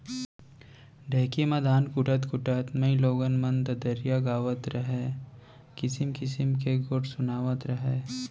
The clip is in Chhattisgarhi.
ढेंकी म धान कूटत कूटत माइलोगन मन ददरिया गावत रहयँ, किसिम किसिम के गोठ सुनातव रहयँ